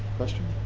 question?